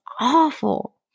awful